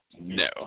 No